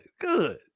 good